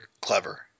clever